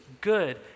good